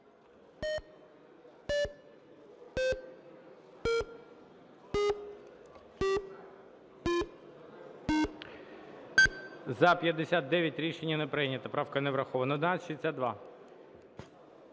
За-59 Рішення не прийнято. Правка не врахована. 1162.